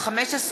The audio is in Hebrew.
התשע"ה 2015,